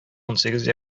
унсигез